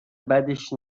بدش